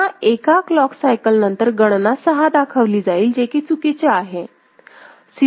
पुन्हा एका clock cycle नंतर गणना 6 दाखवली जाईल जे कि चुकीचे आहे